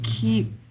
keep